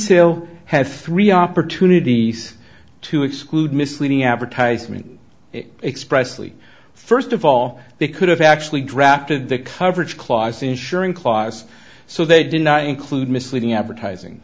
kinsale have three opportunities to exclude misleading advertisement expressively first of all they could have actually drafted the coverage clause insuring clause so they did not include misleading advertising